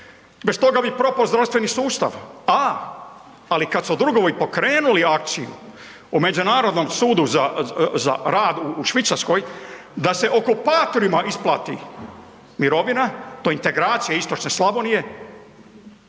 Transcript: Bez toga bi propo zdravstveni sustav, a, ali kad su drugovi pokrenuli akciju u Međunarodnom sudu za, za rad u Švicarskoj da se okupatorima isplati mirovina, to je integracija istočne Slavonije,